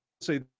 say